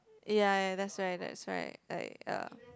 ya ya that's right that's right like uh